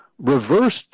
Reversed